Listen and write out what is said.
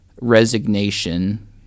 resignation